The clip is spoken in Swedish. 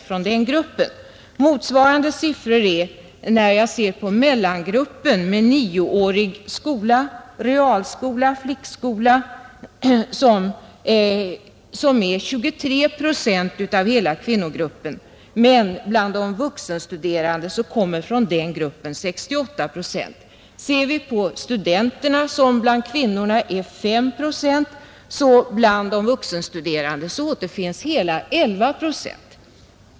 Från gruppen med nioårig skola, realskola eller flickskola, som utgör 23 procent av hela kvinnogruppen, kommer däremot 68 procent av de vuxenstuderande. Och ser vi på studenterna, som bland kvinnorna är 5 procent, så finner vi att de utgör inte mindre än 11 procent av de vuxenstuderande.